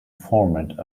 format